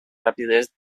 rapidez